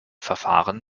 verfahren